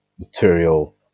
Material